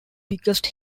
biggest